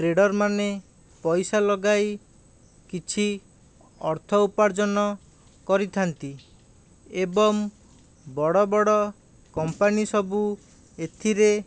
trader ମାନେ ପଇସା ଲଗାଇ କିଛି ଅର୍ଥ ଉପାର୍ଜନ କରିଥାନ୍ତି ଏବଂ ବଡ଼ ବଡ଼ କମ୍ପାନୀ ସବୁ ଏଥିରେ